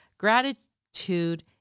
Gratitude